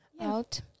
out